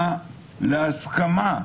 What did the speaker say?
להגיע להסכמה,